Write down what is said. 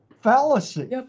fallacy